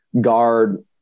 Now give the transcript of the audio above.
guard